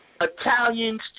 Italians